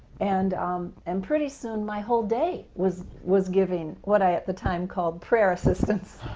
and um and pretty soon my whole day was was giving what i at the time called prayer assistance,